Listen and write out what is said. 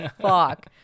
fuck